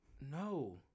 No